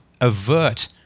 avert